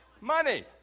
Money